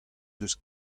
deus